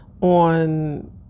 on